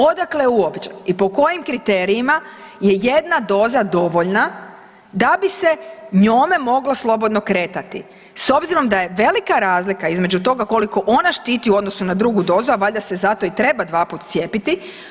Odakle uopće i po kojim kriterijima je jedna doza dovoljna da bi se njome moglo slobodno kretati s obzirom da je velika razlika između toga koliko ona štiti u odnosu na drugu dozu, a valjda se zato i treba 2 puta cijepiti.